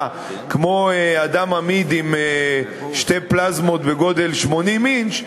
כמו אדם אמיד עם שתי פלזמות בגודל 80 אינץ',